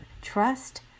trust